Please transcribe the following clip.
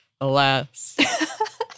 Alas